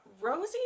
Rosie